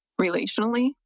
relationally